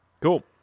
Cool